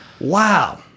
wow